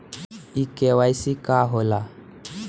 इ के.वाइ.सी का हो ला?